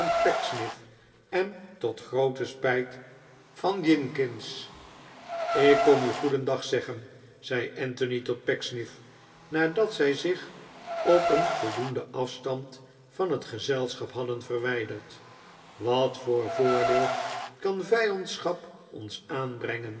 en tot groote spijt van jinkins ik kom u goedendag zeggen zei anthony tot pecksniff nadat zij zich op een voldoenden afstand van het gezelschap hadden verwijderd wat voor voordeel kan vijandschap ons aanbrengen